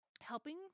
helping